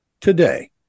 today